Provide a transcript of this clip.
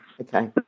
Okay